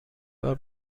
بار